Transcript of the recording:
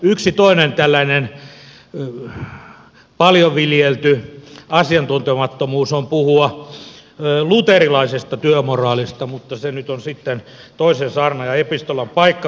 yksi toinen tällainen paljon viljelty asiantuntemattomuus on puhua luterilaisesta työmoraalista mutta se nyt on sitten toisen saarnan ja epistolan paikka